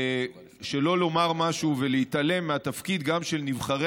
שלא לומר משהו ולהתעלם מהתפקיד של נבחרי